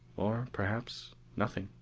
or perhaps nothing.